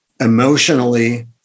emotionally